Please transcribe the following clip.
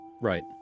Right